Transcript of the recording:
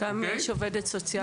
יש גם עובדת סוציאלית?